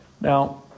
Now